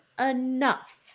enough